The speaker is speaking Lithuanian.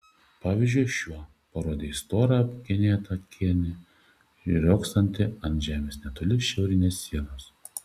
pavyzdžiui šiuo parodė į storą apgenėtą kėnį riogsantį ant žemės netoli šiaurinės sienos